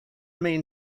main